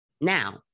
Now